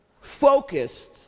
focused